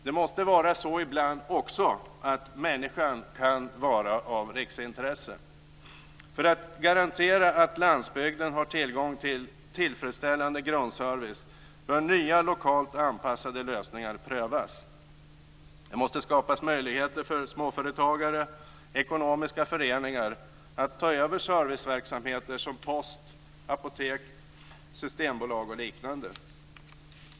Det måste vara så ibland också att människan kan vara av riksintresse. För att garantera att landsbygden har tillgång till tillfredsställande grundservice bör nya lokalt anpassade lösningar prövas. Det måste skapas möjligheter för småföretagare och ekonomiska föreningar att ta över serviceverksamheter som post, apotek, systembolag och liknande.